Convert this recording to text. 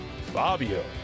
Fabio